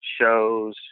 shows